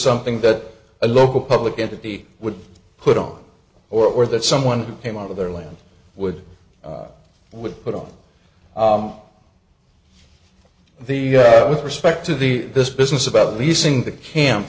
something that a local public entity would put on or that someone who came out of their land would would put on the yet with respect to the this business about releasing